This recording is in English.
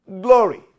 glory